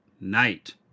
night